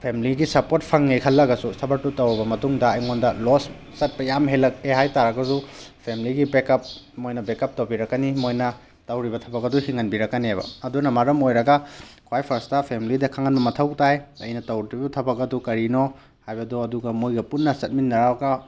ꯐꯦꯃꯂꯤꯒꯤ ꯁꯞꯄ꯭ꯔꯣꯠ ꯐꯪꯉꯦ ꯈꯜꯂꯒꯁꯨ ꯊꯕꯛꯇꯨ ꯇꯧꯔꯕ ꯃꯇꯨꯡꯗ ꯑꯩꯉꯣꯟꯗ ꯂꯣꯁ ꯆꯠꯄ ꯌꯥꯝ ꯍꯦꯜꯂꯛꯑꯦ ꯍꯥꯏꯇꯥꯔꯒꯁꯨ ꯐꯦꯃꯂꯤꯒꯤ ꯕꯦꯛꯀꯞ ꯃꯣꯏꯅ ꯕꯦꯛꯀꯞ ꯇꯧꯕꯤꯔꯛꯀꯅꯤ ꯃꯣꯏꯅ ꯇꯧꯔꯤꯕ ꯊꯕꯛ ꯑꯗꯨ ꯍꯤꯡꯍꯟꯕꯤꯔꯛꯀꯅꯦꯕ ꯑꯗꯨꯅ ꯃꯔꯝ ꯑꯣꯏꯔꯒ ꯈ꯭ꯋꯥꯏ ꯐꯥꯔꯁꯇ ꯐꯦꯃꯂꯤꯗ ꯈꯪꯍꯟꯕ ꯃꯊꯧ ꯇꯥꯏ ꯑꯩꯅ ꯇꯧꯔꯨꯗꯨꯔꯤꯕ ꯊꯕꯛ ꯑꯗꯨ ꯀꯔꯤꯅꯣ ꯍꯥꯏꯕꯗꯣ ꯑꯗꯨꯒ ꯃꯣꯏꯒ ꯄꯨꯟꯅ ꯆꯠꯃꯤꯟꯅꯔꯒ